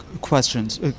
questions